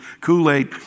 Kool-Aid